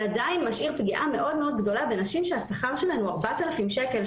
זה עדיין משאיר פגיעה מאוד-מאוד גדולה בנשים שהשכר שלהן הוא 3,000 שקל,